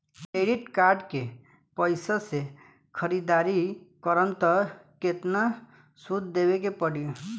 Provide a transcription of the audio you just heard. Credit card के पैसा से ख़रीदारी करम त केतना सूद देवे के पड़ी?